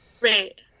Right